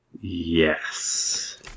Yes